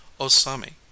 osami